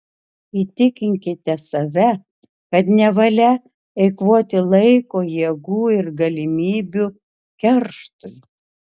įtikinkite save kad nevalia eikvoti laiko jėgų ir galimybių kerštui